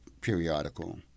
periodical